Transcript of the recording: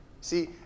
See